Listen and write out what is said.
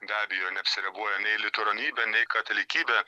be abejo neapsiriboja nei liuteronybe nei katalikybe